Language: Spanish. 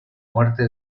muerte